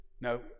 no